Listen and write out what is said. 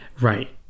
Right